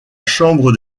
chambre